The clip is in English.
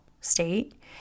state